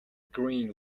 green